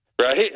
Right